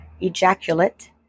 ejaculate